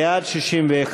בעד, 61,